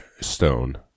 stone